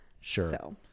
sure